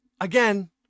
again